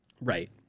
right